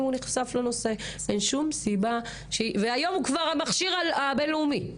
הוא נחשף לנושא והיום הוא כבר המכשיר הבין לאומי,